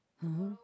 mmhmm